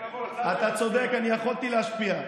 אתה צודק, אני יכולתי להשפיע.